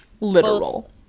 Literal